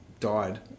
died